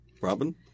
Robin